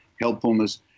helpfulness